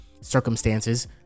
circumstances